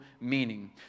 meaning